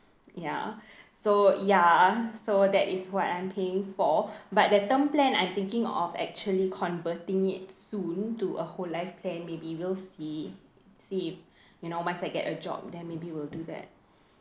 ya so ya so that is what I'm paying for but the term plan I'm thinking of actually converting it soon to a whole life plan maybe we'll see see if you know once I get a job then maybe we'll do that